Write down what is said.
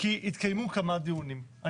כי התקיימו כמה דיונים,